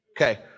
Okay